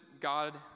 God